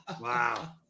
Wow